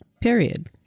Period